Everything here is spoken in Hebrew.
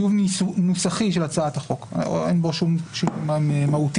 טיוב נוסחי של הצעת החוק ואין בו שום שינוי מהותי.